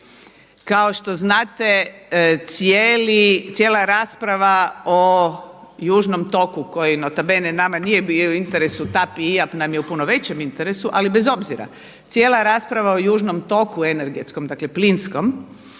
Kao što znate cijela rasprava o južnom toku koji nota bene nama nije bio u interesu TAP i IAP nam je u puno većem interesu. Ali bez obzira, cijela rasprava o južnom toku energetskom, dakle plinskom